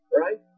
right